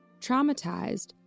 Traumatized